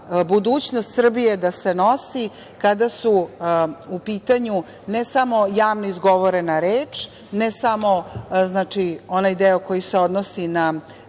budućnost Srbije da se nosi kada su u pitanju ne samo javno izgovorena reč, ne samo onaj deo koji se odnosi na